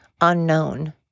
unknown